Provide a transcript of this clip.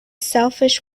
selfish